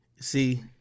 see